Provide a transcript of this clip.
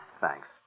Thanks